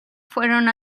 fueron